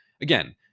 again